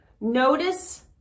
Notice